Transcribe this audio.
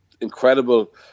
incredible